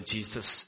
Jesus